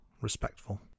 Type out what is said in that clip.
respectful